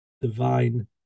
divine